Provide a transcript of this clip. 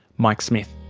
mike smith.